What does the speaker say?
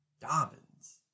Dobbins